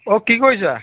অ কি কৰিছা